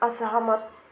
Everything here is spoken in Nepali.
असहमत